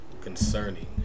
concerning